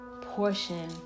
portion